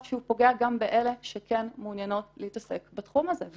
שהוא פוגע גם באלה שכן מעוניינות להתעסק בתחום הזה,